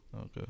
Okay